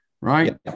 right